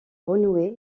renouer